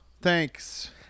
Thanks